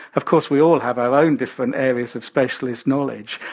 of course, we all have our own different areas of specialist knowledge.